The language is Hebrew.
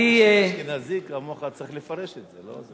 אני, לאשכנזי כמוך צריך לפרש את זה, לא?